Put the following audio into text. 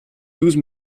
douze